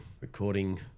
Recording